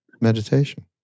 meditation